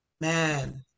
man